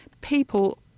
people